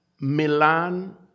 Milan